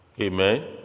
Amen